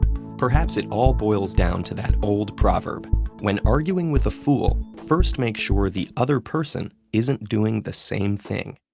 perhaps it all boils down to that old proverb when arguing with a fool, first make sure the other person isn't doing the same thing.